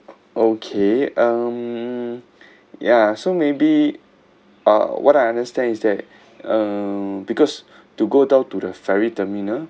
okay um ya so maybe uh what I understand is that um because to go down to the ferry terminal